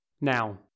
Now